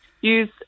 use